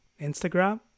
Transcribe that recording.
Instagram